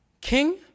King